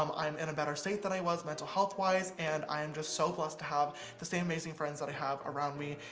um i'm in a better state than i was mental-health wise. and i am just so blessed to have the same amazing friends that i have around me,